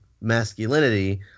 masculinity